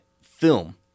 film